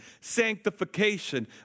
sanctification